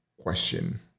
question